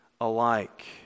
alike